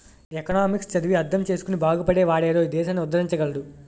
economics చదివి అర్థం చేసుకుని బాగుపడే వాడేరోయ్ దేశాన్ని ఉద్దరించగలడు